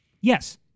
yes